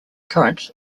current